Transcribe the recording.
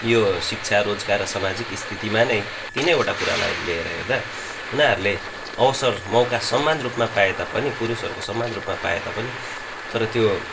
यो शिक्षा रोजगार र सामाजिक स्थितिमा नै तिनैवटा कुरालाई लिएर हेर्दा उनीहरूले अवसर मौका समान रुपमा पाए तापनि पुरुषहरूको समान रूपमा पाए तापनि तर त्यो